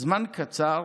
זמן קצר